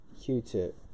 Q-Tip